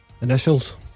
Initials